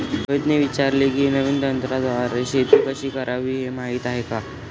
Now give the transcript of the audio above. रोहितने विचारले की, नवीन तंत्राद्वारे शेती कशी करावी, हे माहीत आहे का?